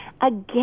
again